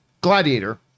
Gladiator